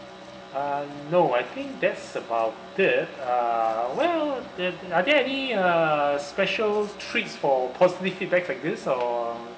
uh no I think that's about it uh well th~ are there any uh special treats for positive feedbacks like this or